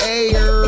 air